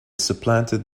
supplanted